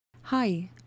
Hi